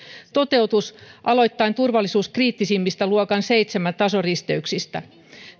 toteutus aloittaen turvallisuuskriittisimmistä luokan seitsemän tasoristeyksistä